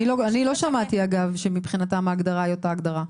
אני לא שמעתי אגב שמבחינתם ההגדרה היא אותה הגדרה.